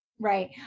Right